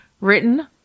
written